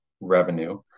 revenue